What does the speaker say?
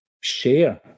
share